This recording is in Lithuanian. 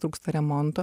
trūksta remonto